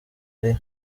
ari